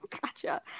Gotcha